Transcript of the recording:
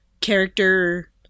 character